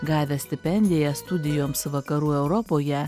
gavęs stipendiją studijoms vakarų europoje